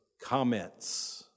comments